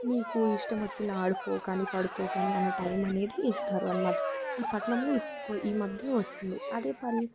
నీకు ఇష్టం వచ్చింది ఆడుకో కానీ పడుకోకు అని అనే టైం అనేది ఇస్తారు అన్నమాట ఈ పట్నంలో ఎక్కువ ఈ మధ్య వచ్చింది అదే పల్లె